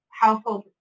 household